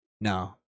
No